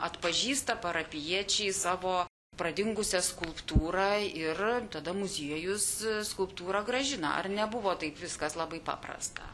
atpažįsta parapijiečiai savo pradingusią skulptūrą ir tada muziejus skulptūrą grąžina ar nebuvo taip viskas labai paprasta